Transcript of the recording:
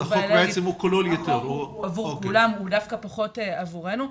החוק הוא עבור כולם, הוא דווקא פחות עבורנו.